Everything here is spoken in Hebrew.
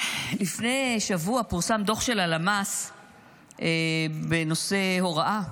לפני שבוע פורסם דוח של הלמ"ס בנושא הוראה,